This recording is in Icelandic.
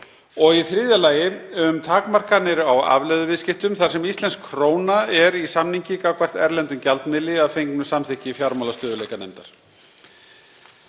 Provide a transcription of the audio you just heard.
og í þriðja lagi um takmarkanir á afleiðuviðskiptum þar sem íslensk króna er í samningi gagnvart erlendum gjaldmiðli, að fengnu samþykki fjármálastöðugleikanefndar.